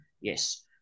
yes